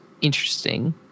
interesting